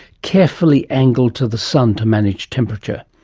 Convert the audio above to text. carefully angled to the sun to manage temperature?